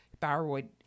thyroid